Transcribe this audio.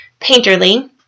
Painterly